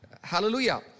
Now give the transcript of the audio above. Hallelujah